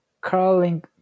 curling